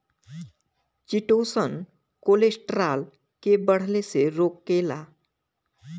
chitosan cholesterol के बढ़ले से रोकेला